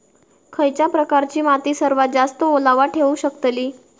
खयच्या प्रकारची माती सर्वात जास्त ओलावा ठेवू शकतली?